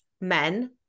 men